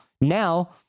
Now